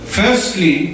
firstly